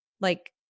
Like-